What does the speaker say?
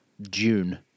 June